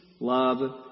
love